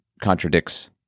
contradicts